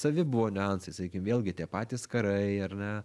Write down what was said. savi buvo niuansai sakykim vėlgi tie patys karai ar ne